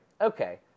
okay